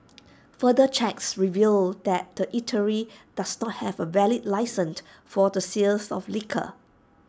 further checks revealed that the eatery does not have A valid licence for the sales of liquor